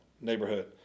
neighborhood